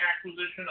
acquisition